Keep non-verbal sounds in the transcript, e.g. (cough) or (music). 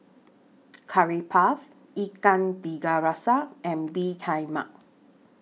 (noise) Curry Puff Ikan Tiga Rasa and Bee Tai Mak